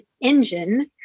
engine